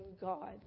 God